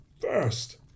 First